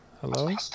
Hello